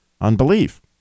unbelief